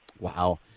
Wow